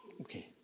Okay